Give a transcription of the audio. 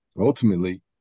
ultimately